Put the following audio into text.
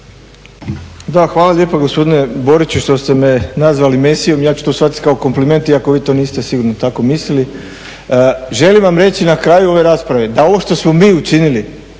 Hvala lijepa gospodine Boriću što ste me nazvali mesijom, ja ću to shvatit kao kompliment iako vi to niste sigurno tako mislili. Želim vam reći na kraju ove rasprave da ovo što smo mi učinili